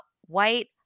white